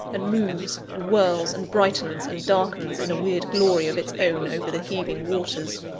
and moves, and whirls, and brightens, and darkens in a weird glory of its own over the heaving waters.